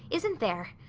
isn't there?